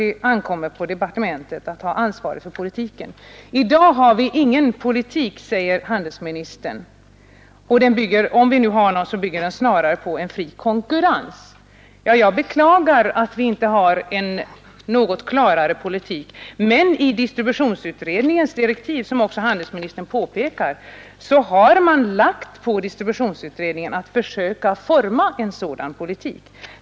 Det ankommer på ansvarigt statsråd och departementet att ta ansvaret. I dag har vi ingen politik, säger handelsministern, och om vi har någon så bygger den snarare på en fri konkurrens. Jag beklagar att vi inte har en klarare politik. Men via distributionsutredningens direktiv har man — som handelsministern också påpekar — gett i uppdrag att försöka forma en sådan politik.